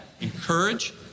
Encourage